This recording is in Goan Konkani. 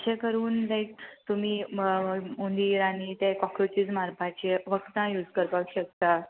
अशें करून लायक तुमी उंदीर आनी ते कॉक्रोचीस मारपाचे वखदां यूज करपाक शकता